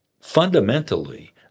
fundamentally